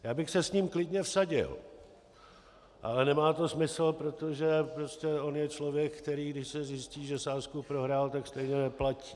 Já bych se s ním klidně vsadil, ale nemá to smysl, protože on je člověk, který když se zjistí, že sázku prohrál, tak stejně neplatí.